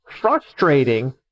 frustrating